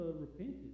repented